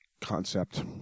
concept